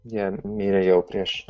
jie mirė jau prieš